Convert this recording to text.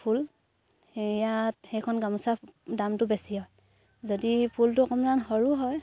ফুল সেয়াত সেইখন গামোচা দামটো বেছি হয় যদি ফুলটো অকণমান সৰু হয়